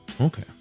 Okay